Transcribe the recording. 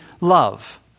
love